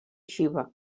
xiva